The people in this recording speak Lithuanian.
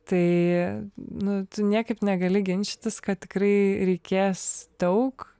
tai nu tu niekaip negali ginčytis kad tikrai reikės daug